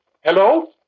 Hello